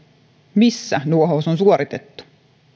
missä nuohous on suoritettu